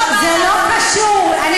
סליחה.